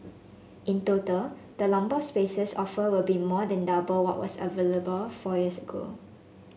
in total the number of spaces offered will be more than double what was available four years ago